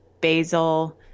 basil